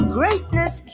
greatness